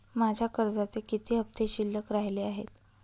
माझ्या कर्जाचे किती हफ्ते शिल्लक राहिले आहेत?